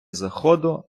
заходу